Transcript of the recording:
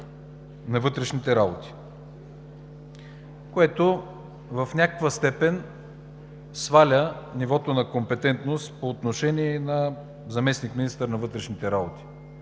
на вътрешните работи“, което в някаква степен сваля нивото на компетентност по отношение на заместник-министър на вътрешните работи,